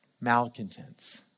malcontents